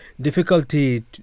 Difficulty